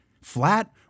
flat